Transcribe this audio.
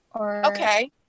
Okay